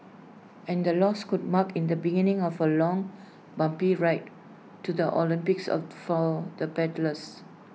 and the loss could mark in the beginning of A long bumpy ride to the Olympics of for the paddlers